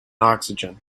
oxygen